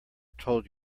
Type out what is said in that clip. told